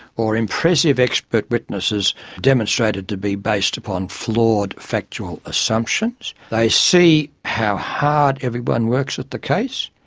or impressive expert witnesses demonstrated to be based upon flawed factual assumptions. they see how hard everyone works at the case.